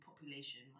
population